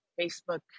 Facebook